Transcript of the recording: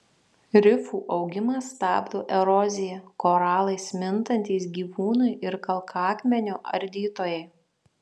rifų augimą stabdo erozija koralais mintantys gyvūnai ir kalkakmenio ardytojai